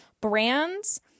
brands